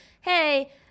hey